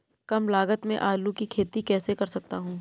कम लागत में आलू की खेती कैसे कर सकता हूँ?